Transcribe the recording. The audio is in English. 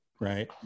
right